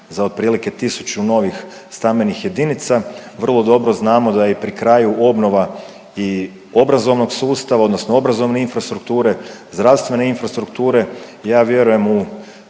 za otprilike 1000 novih stambenih jedinica. Vrlo dobro znamo da je pri kraju i obnova i obrazovnog sustava odnosno obrazovne infrastrukture, zdravstvene infrastrukture. Ja vjerujem u